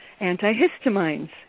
Antihistamines